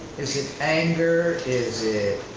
is it anger? is it